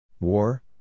War